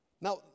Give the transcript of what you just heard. Now